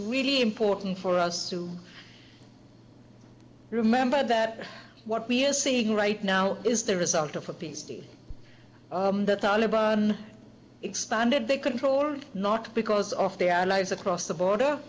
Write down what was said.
really important for us to remember that what we're seeing right now is the result of a p c the taleban expanded they control not because of their lives across the border